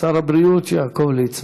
שר הבריאות יעקב ליצמן.